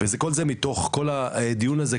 וזה כל זה מתוך כל הדיון הזה,